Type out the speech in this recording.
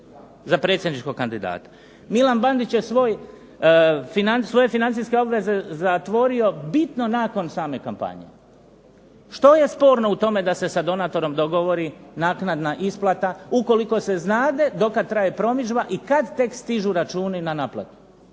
Milan Bandić je svoj, svoje financijske obveze zatvorio bitno nakon same kampanje. Što je sporno u tome da se sa donatorom dogovori naknadna isplata, ukoliko se znade dokad traje promidžba i kad tek stižu računi na naplatu?